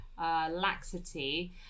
laxity